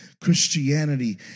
Christianity